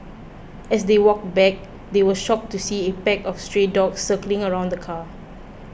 as they walked back they were shocked to see a pack of stray dogs circling around the car